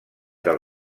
del